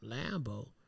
Lambo